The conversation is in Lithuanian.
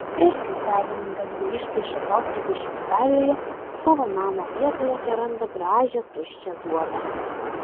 ir kai savininkas grįžta iš atostogų šveicarijoje savo namo vietoje teranda gražią tuščią duobę